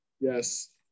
Yes